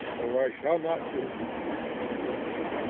or i shall not do it with impunity.